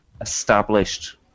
established